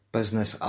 business